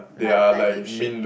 like like leaf shape